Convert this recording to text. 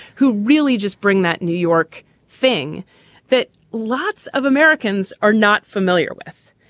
who really just bring that new york thing that lots of americans are not familiar with,